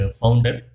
founder